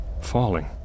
falling